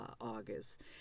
August